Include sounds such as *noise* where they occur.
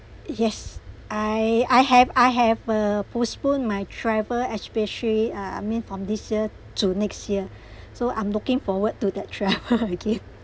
yes I I have I have uh postpone my travel especially ah I mean from this year to next year so I'm looking forward to that travel *laughs* again